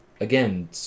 Again